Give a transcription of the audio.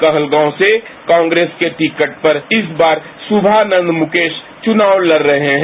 कहलगांव से कांग्रेस के टिकट पर इस बार श्मानंद मुकेश चुनाव लड रहे हैं